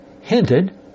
hinted